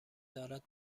دارد